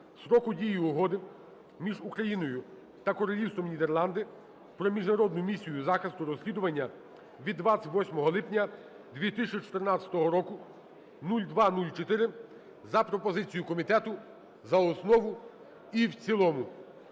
строку дії Угоди між Україною та Королівством Нідерланди про Міжнародну місію захисту розслідування від 28 липня 2014 року (0204), за пропозицією комітету, за основу і в цілому.